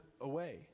away